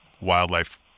wildlife